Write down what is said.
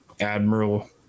admiral